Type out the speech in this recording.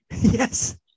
Yes